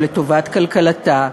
ולטובת כלכלתה,